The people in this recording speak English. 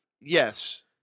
Yes